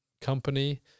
company